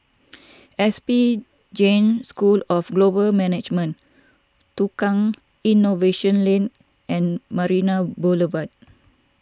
S P Jain School of Global Management Tukang Innovation Lane and Marina Boulevard